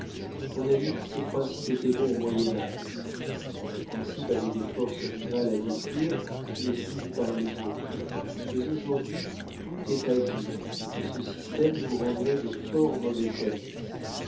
mon ami ces principes étaient bons au moyen-age quand les princes avaient des forces rivales à détruire les unes par les autres mais aujourd'hui tout est à jour et ce système vous rendrait de fort mauvais services